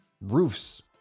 roofs